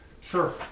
Sure